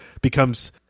becomes